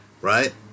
right